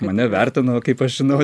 mane vertino kaip aš žinau